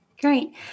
Great